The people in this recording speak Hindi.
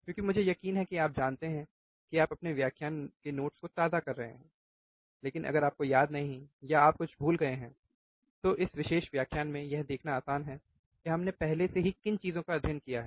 क्योंकि मुझे यकीन है कि आप जानते हैं कि आप अपने व्याख्यान के नोट्स को ताज़ा कर रहे हैं लेकिन अगर आपको याद नहीं है या आप कुछ भूल गए हैं तो इस विशेष व्याख्यान में यह देखना आसान है कि हमने पहले से ही किन चीजों का अध्ययन किया है